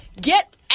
Get